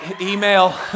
Email